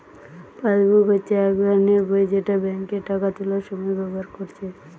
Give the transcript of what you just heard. passbook হচ্ছে এক ধরণের বই যেটা বেঙ্কে টাকা তুলার সময় ব্যাভার কোরছে